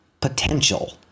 potential